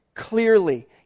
Clearly